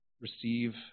receive